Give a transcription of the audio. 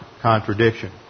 contradiction